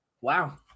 Wow